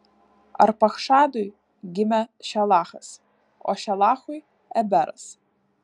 arpachšadui gimė šelachas o šelachui eberas